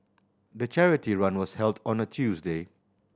the charity run was held on a Tuesday